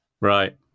Right